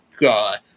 God